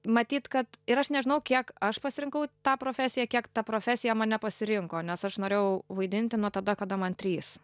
matyt kad ir aš nežinau kiek aš pasirinkau tą profesiją kiek ta profesija mane pasirinko nes aš norėjau vaidinti nuo tada kada man trys